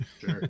Sure